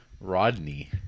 Rodney